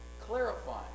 clarifying